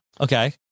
Okay